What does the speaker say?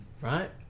Right